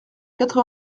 quatre